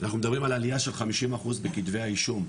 אנחנו מדברים על עלייה של 50% בכתבי האישום,